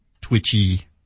twitchy